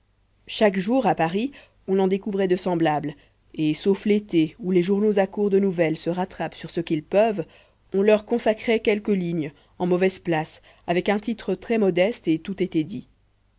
chaque jour à paris on en découvrait de semblables et sauf l'été où les journaux à court de nouvelles se rattrapent sur ce qu'ils peuvent on leur consacrait quelques lignes en mauvaise place avec un titre très modeste et tout était dit